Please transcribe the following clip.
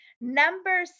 Number